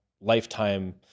lifetime